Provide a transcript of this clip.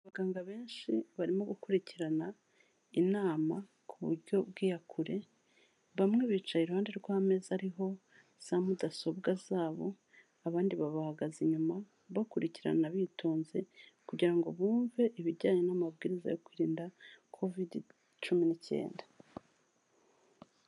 Abaganga benshi barimo gukurikirana inama ku buryo bw'iyakure, bamwe bicaye iruhande rw'ameza ariho za mudasobwa zabo, abandi babahagaze inyuma, bakurikirana bitonze kugira ngo bumve ibijyanye n'amabwiriza yo kwirinda kovidi cumi n'icyenda.